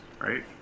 right